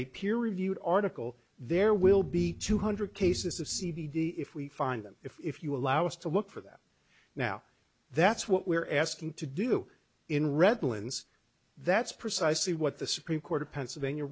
peer reviewed article there will be two hundred cases of c b d if we find them if you allow us to look for them now that's what we're asking to do in redlands that's precisely what the supreme court of pennsylvania